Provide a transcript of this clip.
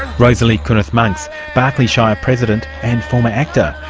rosalie kunoth-monks, barkly shire president and former actor.